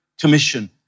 Commission